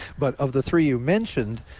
but of the three you mentioned,